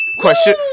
question